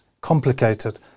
complicated